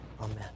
amen